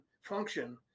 function